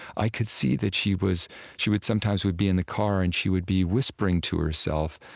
i could see that she was she would sometimes we'd be in the car, and she would be whispering to herself.